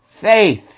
faith